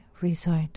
resort